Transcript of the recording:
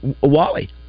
Wally